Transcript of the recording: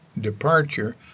departure